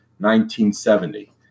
1970